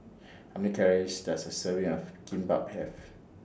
How Many Calories Does A Serving of Kimbap Have